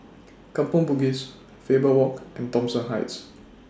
Kampong Bugis Faber Walk and Thomson Heights